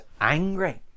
angry